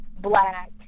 black